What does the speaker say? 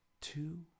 two